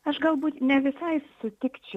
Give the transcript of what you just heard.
aš galbūt ne visai sutikčiau